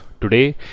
Today